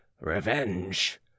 Revenge